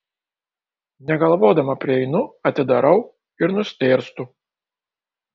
negalvodama prieinu atidarau ir nustėrstu